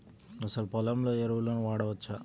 అసలు పొలంలో ఎరువులను వాడవచ్చా?